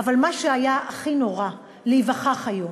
אבל מה שהיה הכי נורא להיווכח בו היום